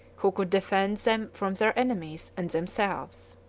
who could defend them from their enemies and themselves.